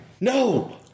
No